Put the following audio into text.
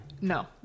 No